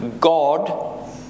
God